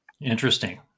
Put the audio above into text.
Interesting